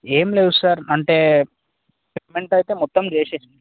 ఏమి లేవు సార్ అంటే పేమెంట్ అయితే మొత్తం చేసిన